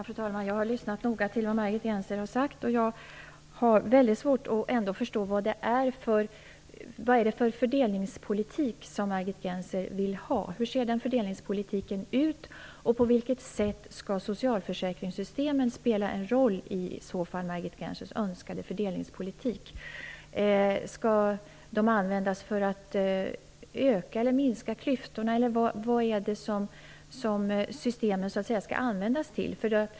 Fru talman! Jag har lyssnat noga på vad Margit Gennser har sagt. Men jag har ändå väldigt svårt att förstå vad det är för fördelningspolitik som Margit Gennser vill ha. Hur ser den fördelningspolitiken ut? På vilket sätt skall socialförsäkringssystemen spela en roll i Margit Gennsers önskade fördelningspolitik? Skall de användas för att öka eller för att minska klyftorna, eller vad är det systemen skall användas till?